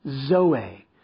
Zoe